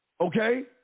okay